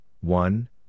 one